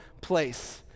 place